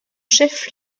chef